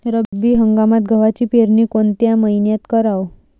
रब्बी हंगामात गव्हाची पेरनी कोनत्या मईन्यात कराव?